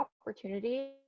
opportunity